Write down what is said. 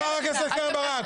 אתם הרסתם את